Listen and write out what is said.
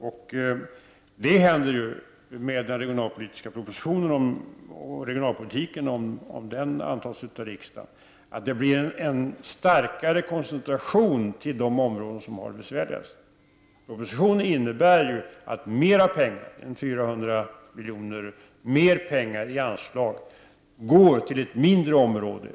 Om den regionalpolitik som presenteras i den regionalpolitiska propositionen antas av riksdagen sker en starkare koncentration till de områden som har det besvärligast. Propositionen innebär att mera pengar, ytterligare ca 400 miljoner, i form av ytterligare anslag går till ett mindre område.